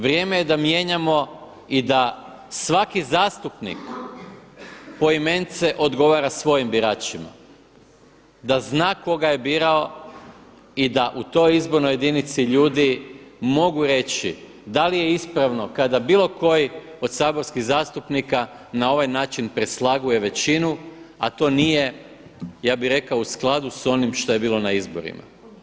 Vrijeme je da mijenjamo i da svaki zastupnik poimenice odgovara svojim biračima, da zna tko ga je birao i da u toj izbornoj jedinici ljudi mogu reći da li je ispravno kada bilo koji od saborskih zastupnika na ovaj način preslaguje većinu a to nije ja bih rekao u skladu sa onim što je bilo na izborima.